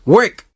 Work